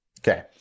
Okay